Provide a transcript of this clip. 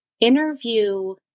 interview